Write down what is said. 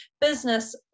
business